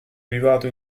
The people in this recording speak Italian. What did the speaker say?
privato